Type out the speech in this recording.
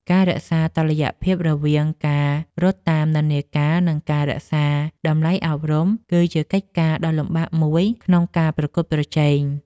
ការរក្សាតុល្យភាពរវាង ការរត់តាមនិន្នាការ និង ការរក្សាតម្លៃអប់រំ គឺជាកិច្ចការដ៏លំបាកមួយក្នុងការប្រកួតប្រជែង។